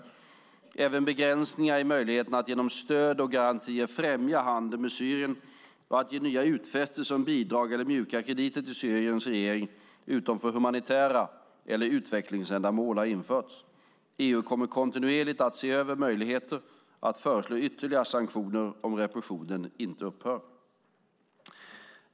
Även begränsningar i möjligheterna att genom stöd och garantier främja handel med Syrien och att ge nya utfästelser om bidrag eller mjuka krediter till Syriens regering utom för humanitära ändamål eller utvecklingsändamål har införts. EU kommer kontinuerligt att se över möjligheterna att föreslå ytterligare sanktioner om repressionen inte upphör.